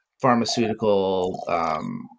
pharmaceutical